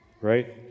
right